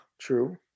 true